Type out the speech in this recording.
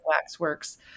waxworks